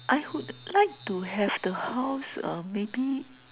I would like to have the house uh maybe